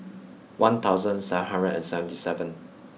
one thousand seven hundred and seventy seven